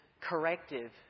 corrective